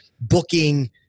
booking